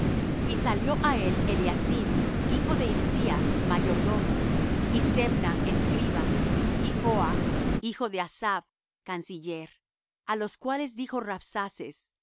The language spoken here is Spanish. y salió á él eliacim hijo de hilcías mayordomo y sebna escriba y joah hijo de asaph canciller a los cuales dijo